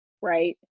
right